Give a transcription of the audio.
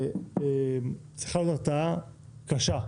צריכה להיות הרתעה קשה,